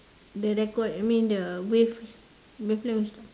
the record I mean the wave wave length also stop